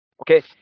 Okay